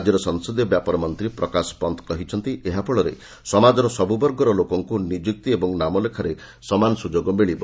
ରାଜ୍ୟର ସଂସଦୀୟ ବ୍ୟାପାର ମନ୍ତ୍ରୀ ପ୍ରକାଶ ପନ୍ତ୍ କହିଛନ୍ତି ଏହାଫଳରେ ସମାଜର ସବୁ ବର୍ଗର ଲୋକଙ୍କୁ ନିଯୁକ୍ତି ଓ ନାମଲେଖାରେ ସମାନ ସୁଯୋଗ ମିଳିବ